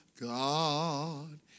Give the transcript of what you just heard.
God